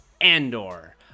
Andor